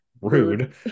Rude